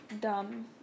dumb